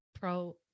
pro